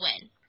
win